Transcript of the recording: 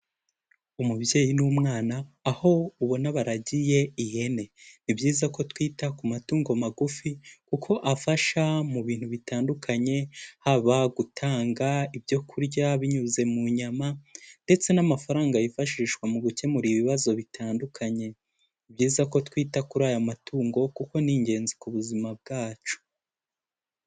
Umubyeyi n'umwana aho ubona baragiye ihene, ni byiza ko twita ku matungo magufi kuko afasha mu bintu bitandukanye, haba gutanga ibyo kurya binyuze mu nyama ndetse n'amafaranga yifashishwa mu gukemura ibibazo bitandukanye, byiza ko twita kuri aya matungo kuko ni ingenzi ku buzima bwacu.